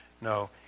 No